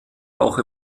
auch